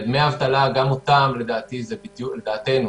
לדעתנו,